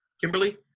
Kimberly